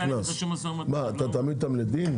אתה תעמיד אותם לדין?